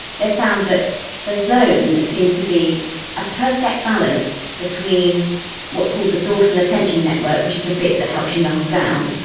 they found that the zone seems to be a perfect balance between what is called the dorsal attention network, which is the bit that helps you knuckle down,